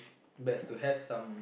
best to have some